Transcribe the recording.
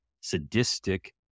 sadistic